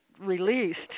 released